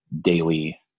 daily